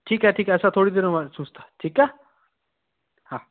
ठीकु आहे ठीकु आहे असां थोरी देरि में अचूंसि था ठीकु आहे हा